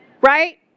Right